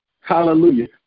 hallelujah